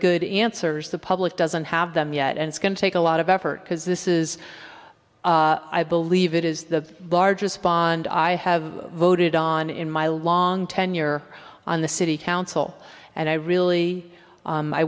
good answers the public doesn't have them yet and it's going to take a lot of effort because this is i believe it is the largest bond i have voted on in my long tenure on the city council and i really